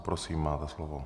Prosím, máte slovo.